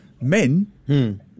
men